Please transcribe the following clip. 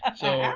and so,